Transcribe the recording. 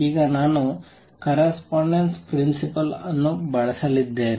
ಈಗ ನಾನು correspondence principle ಅನ್ನು ಬಳಸಲಿದ್ದೇನೆ